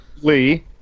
Lee